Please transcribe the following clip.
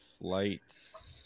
flights